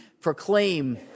proclaim